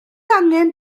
angen